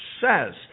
says